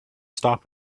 stop